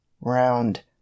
round